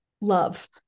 love